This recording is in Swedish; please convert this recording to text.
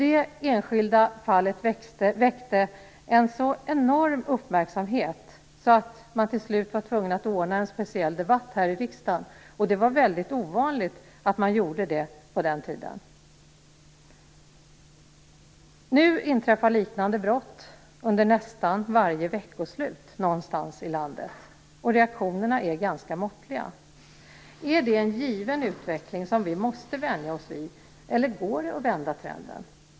Det enskilda fallet väckte en så enorm uppmärksamhet att man till slut var tvungen att ordna en speciell debatt här i riksdagen, vilket var väldigt ovanligt på den tiden. Nu inträffar liknande brott under nästan varje veckoslut någonstans i landet. Reaktionerna är ganska måttliga. Är detta en given utveckling som vi måste vänja oss vid, eller går det att vända trenden?